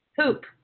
Poop